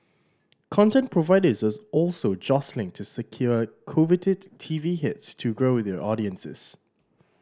content providers as also jostling to secure coveted T V hits to grow their audiences